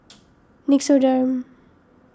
Nixoderm